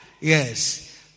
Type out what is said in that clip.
Yes